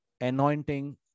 Anointing